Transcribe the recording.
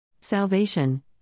Salvation